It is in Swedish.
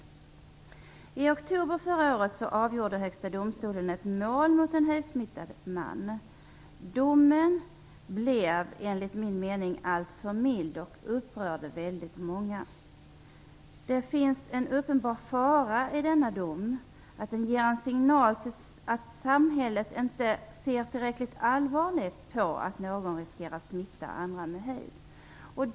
I oktober förra året avgjorde Högsta domstolen ett mål mot en hivsmittad man. Domen blev enligt min mening alltför mild, och den upprörde väldigt många. Det finns en uppenbar fara i denna dom. Den kan ge en signal om att samhället inte ser tillräckligt allvarligt på att någon riskerar att smitta andra med hiv.